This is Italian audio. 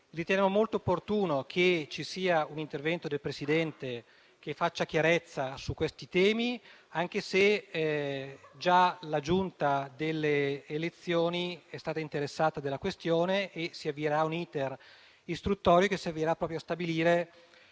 Riteniamo quindi opportuno che ci sia un intervento del Presidente che faccia chiarezza su questi temi, anche se la Giunta delle elezioni è stata già interessata della questione e si avvierà un *iter* istruttorio che servirà a stabilire